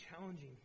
challenging